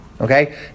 okay